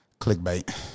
Clickbait